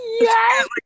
yes